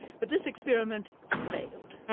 but this experiment failed.